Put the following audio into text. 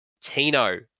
Tino